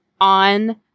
on